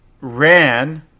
ran